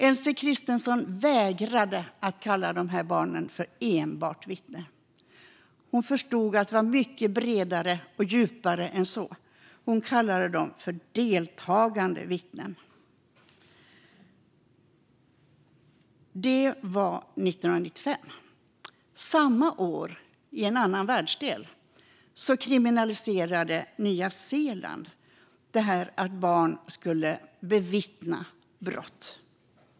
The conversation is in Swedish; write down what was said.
Elise Christensen vägrade att kalla de här barnen för enbart vittnen. Hon förstod att det var mycket bredare och djupare än så. Hon kallade dem för deltagande vittnen. Detta var 1995. Samma år, i en annan världsdel, kriminaliserade Nya Zeeland brott som bevittnas av barn.